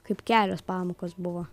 kaip kelios pamokos buvo